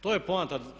To je poanta.